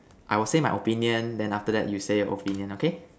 I will say my opinion then after that you say your opinion okay